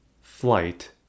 flight